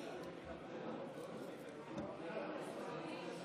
ההסתייגות (90) של קבוצת סיעת הליכוד,